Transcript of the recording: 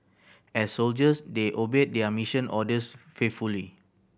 as soldiers they obeyed their mission orders faithfully